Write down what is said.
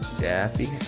Daffy